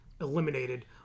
eliminated